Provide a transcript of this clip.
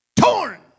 torn